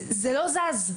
זה לא זז.